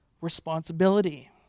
responsibility